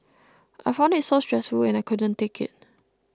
I found it so stressful and I couldn't take it